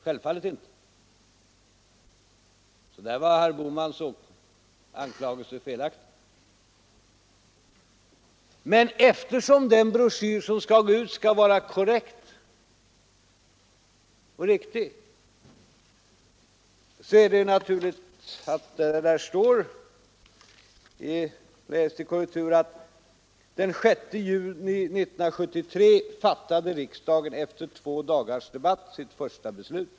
Där var alltså herr Bohmans anklagelse felaktig. Eftersom broschyren måste vara korrekt är det naturligt att där står — jag läser ur korrekturet: ”Den 6 juni 1973 fattade riksdagen efter två dagars debatt sitt första beslut.